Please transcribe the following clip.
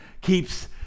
keeps